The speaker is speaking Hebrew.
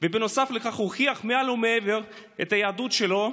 ובנוסף לכך הוכיח מעל ומעבר את היהדות שלו,